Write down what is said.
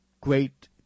great